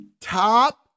top